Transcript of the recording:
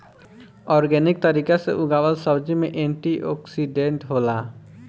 organic तरीका से उगावल सब्जी में एंटी ओक्सिडेंट होला